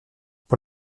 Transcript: pour